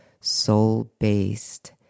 soul-based